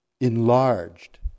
enlarged